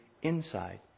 Inside